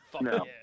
No